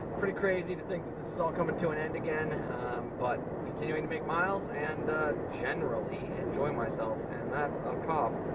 pretty crazy to think this is all coming to an end again but continuing to make miles and generally enjoying myself and that's a cop.